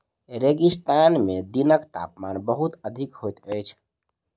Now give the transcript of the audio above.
रेगिस्तान में दिनक तापमान बहुत अधिक होइत अछि